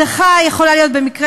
הדחה יכולה להיות במקרה,